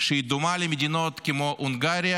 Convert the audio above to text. שהיא דומה למדינות כמו הונגריה,